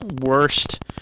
worst